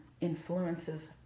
influences